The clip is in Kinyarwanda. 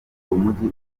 umujyi